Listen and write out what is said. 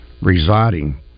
residing